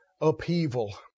upheaval